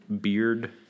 beard